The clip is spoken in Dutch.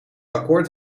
akkoord